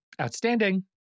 Outstanding